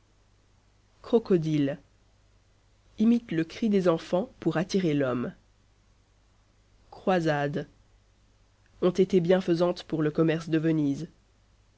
crocodile imite le cri des enfants pour attirer l'homme croisades ont été bienfaisantes pour le commerce de venise